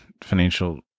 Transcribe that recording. financial